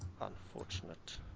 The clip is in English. unfortunate